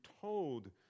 told